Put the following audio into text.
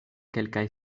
kelkaj